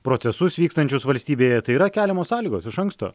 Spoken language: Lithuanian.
procesus vykstančius valstybėje tai yra keliamos sąlygos iš anksto